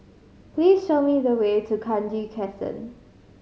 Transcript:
please show me the way to Kranji Crescent